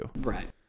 Right